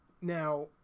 Now